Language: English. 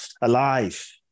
alive